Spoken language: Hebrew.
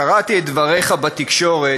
קראתי את דבריך בתקשורת,